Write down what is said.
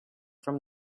from